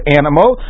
animal